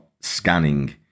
scanning